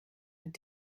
mit